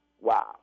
wow